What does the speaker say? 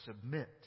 submit